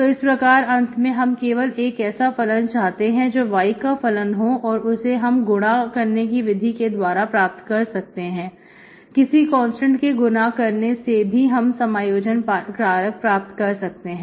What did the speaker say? तो इस प्रकार अंत में हम केवल एक ऐसा फलन चाहते हैं जो केवल y का फलन हो और उसे हम गुणा करने की विधि के द्वारा प्राप्त कर सकते हैं किसी कांस्टेंट के गुणा करने से भी हम समायोजन कारक प्राप्त कर सकते हैं